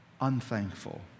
unthankful